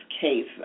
case